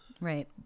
right